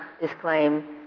disclaim